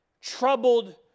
troubled